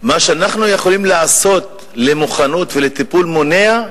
מה שאנחנו יכולים לעשות במוכנות ובטיפול מונע,